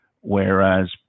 whereas